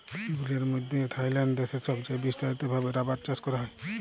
দুলিয়ার মইধ্যে থাইল্যান্ড দ্যাশে ছবচাঁয়ে বিস্তারিত ভাবে রাবার চাষ ক্যরা হ্যয়